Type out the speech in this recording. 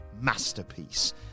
masterpiece